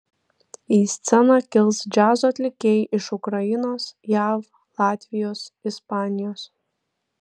į sceną kils džiazo atlikėjai iš ukrainos jav latvijos ispanijos